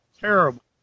terrible